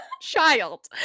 Child